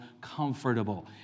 comfortable